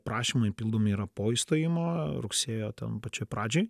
prašymai pildomi yra po įstojimo rugsėjo ten pačioj pradžioj